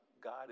God